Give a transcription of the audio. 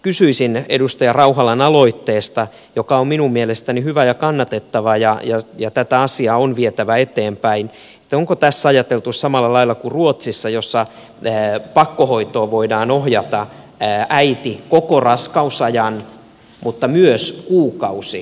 kysyisin edustaja rauhalan aloitteesta joka on minun mielestäni hyvä ja kannatettava ja tätä asiaa on vietävä eteenpäin onko tässä ajateltu samalla lailla kuin ruotsissa jossa äiti voidaan ohjata pakkohoitoon koko raskausajan mutta myös kuukausi synnytyksen jälkeen